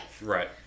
Right